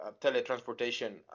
teletransportation